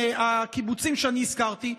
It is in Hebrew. הקיבוצים שאני הזכרתי,